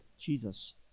Jesus